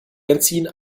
benzin